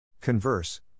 Converse